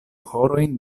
horojn